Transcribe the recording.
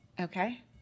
okay